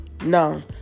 no